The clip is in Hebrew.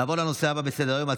נעבור לנושא הבא בסדר-היום,